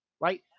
right